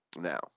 Now